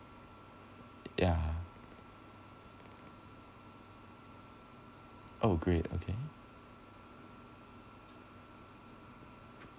yeah oh great okay